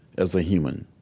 as a human